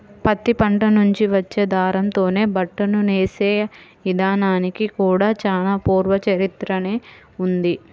పత్తి పంట నుంచి వచ్చే దారంతోనే బట్టను నేసే ఇదానానికి కూడా చానా పూర్వ చరిత్రనే ఉంది